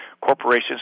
corporations